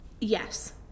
Yes